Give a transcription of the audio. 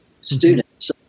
students